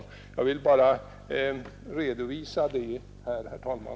Jag vill alltså bara redovisa detta, herr talman.